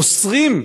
אוסרים,